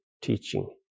teaching